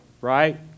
right